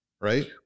right